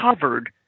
covered